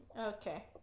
Okay